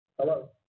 Hello